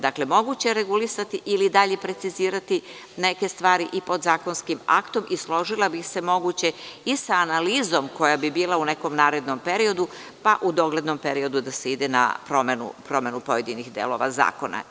Dakle, moguće je regulisati ili dalje precizirati neke stvari i podzakonskim aktom i složila bih se, moguće i sa analizom koja bi bila u nekom narednom periodu, pa u doglednom periodu da se ide na promenu pojedinih delova zakona.